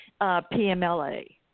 PMLA